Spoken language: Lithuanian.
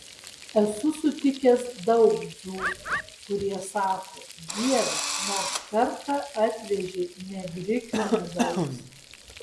esu sutikęs daug dzūkų kurie sako dieve nors kartą atvežė ne grikių medaus